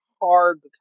hard